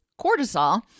cortisol